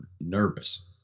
nervous